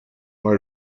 mal